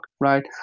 right